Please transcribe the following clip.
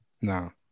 No